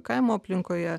kaimo aplinkoje